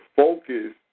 focus